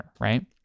right